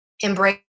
embrace